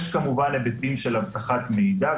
יש כמובן היבטים של הבטחת מידע,